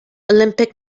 olympic